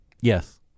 yes